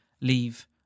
leave